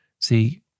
See